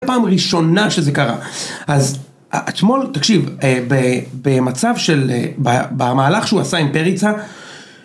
פעם ראשונה שזה קרה. אז, אתמול, תקשיב, אה... ב... במצב של... ב... במהלך שהוא עשה עם פריצה...